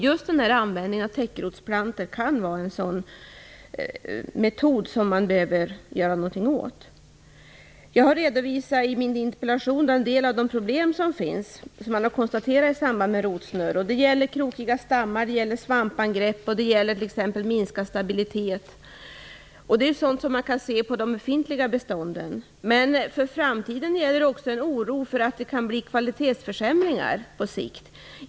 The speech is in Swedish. Just användningen av täckrotsplantor kan vara en metod som behöver åtgärdas. Jag har redovisat i min interpellation en del av de problem som konstaterats i samband med rotsnurr. Det gäller krokiga stammar, svampangrepp och t.ex. minskad stabilitet. Det är sådant som kan ses på de befintliga bestånden. Men för framtiden finns också oro för att det kan bli kvalitetsförsämringar på sikt.